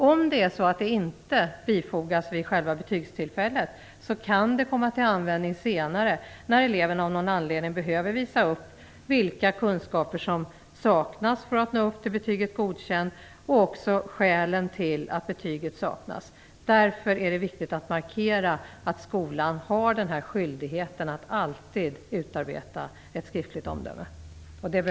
Om det inte bifogas vid själva betygstillfället, kan det komma till användning senare, när eleven av någon anledning behöver visa upp vilka kunskaper som saknas för att denne skall nå upp till betyget Godkänd och även skälen till att betyget saknas. Därför är det viktigt att markera att skolan har denna skyldighet att alltid utarbeta ett skriftligt omdöme.